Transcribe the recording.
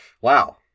Wow